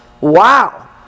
Wow